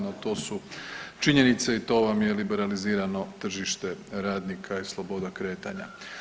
No, to su činjenice i to vam je liberalizirano tržište radnika i sloboda kretanja.